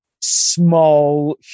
small